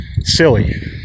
Silly